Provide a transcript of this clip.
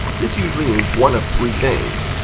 this usually means one of three things.